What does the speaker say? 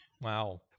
Wow